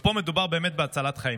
ופה מדובר באמת בהצלת חיים.